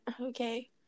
okay